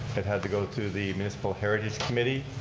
it had to go to the municipal heritage committee.